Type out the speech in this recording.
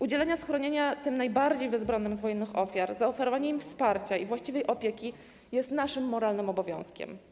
Udzielenia schronienia najbardziej bezbronnym z wojennych ofiar, zaofiarowanie im wsparcia i właściwej opieki jest naszym moralnym obowiązkiem.